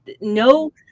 No